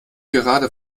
gerade